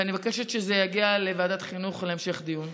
ואני מבקשת שזה יגיע לוועדת החינוך להמשך דיון.